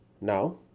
now